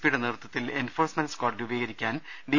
പിയുടെ നേതൃത്വത്തിൽ enforcement squad രൂപീകരിക്കാൻ ഡി